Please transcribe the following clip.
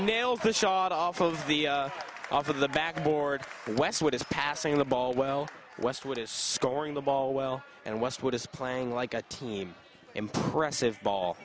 nailed his shot off of the off of the back board westwood is passing the ball well westwood is scoring the ball well and westwood is playing like a team impressive ball